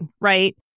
right